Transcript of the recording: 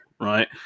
right